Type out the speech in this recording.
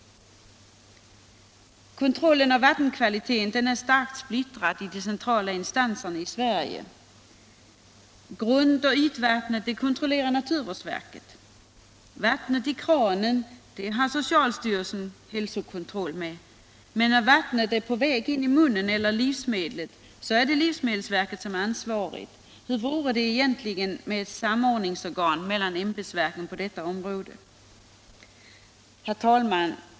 Kontrollen av vattenkvaliteten är starkt splittrad på de centrala instanserna i Sverige. Grund och ytvattnet kontrollerar naturvårdsverket, när det gäller vattnet i kranen har socialstyrelsen hand om hälsokontrollen, men när vattnet är på väg in i munnen eller livsmedlet är det livsmedelsverket som är ansvarigt. Hur vore det egentligen med ett samordningsorgan på detta område för ämbetsverken? Herr talman!